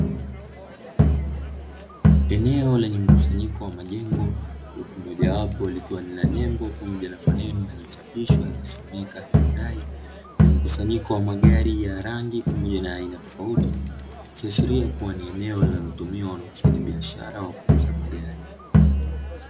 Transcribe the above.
Eneo lenye mkusanyiko wa majengo. Huku mojawapo likiwa lina nembo pamoja na maneno yaliyochapishwa yakisomeka "Hyundai" ni mkusanyiko wa magari yana rangi pamoja na aina tofauti. Ikiashiria kuwa ni eneo linalotumiwa na wafanyabiashara wa kuuza magari.